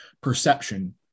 perception